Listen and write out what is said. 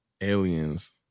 aliens